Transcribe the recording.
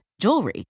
jewelry